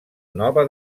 nova